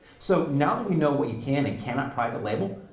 so now that we know what you can and cannot private label,